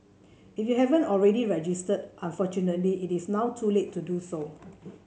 if you haven't already registered unfortunately it is now too late to do so